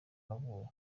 navuye